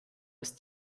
ist